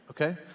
okay